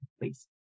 please